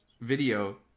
video